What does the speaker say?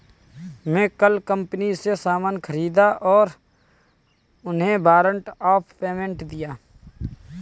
मैं कल कंपनी से सामान ख़रीदा और उन्हें वारंट ऑफ़ पेमेंट दिया